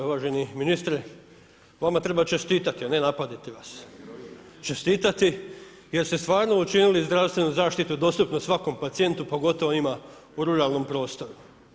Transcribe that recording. Uvaženi ministre, vama treba čestitati a ne napadati vas, čestitati jer ste stvarno učinili zdravstvenu zaštitu dostupnu svakom pacijentu pogotovo onima u ruralnom prostoru.